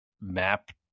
Map